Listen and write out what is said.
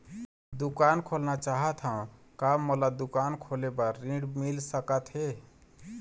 दुकान खोलना चाहत हाव, का मोला दुकान खोले बर ऋण मिल सकत हे?